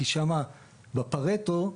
כי בפרטו,